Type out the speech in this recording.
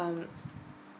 um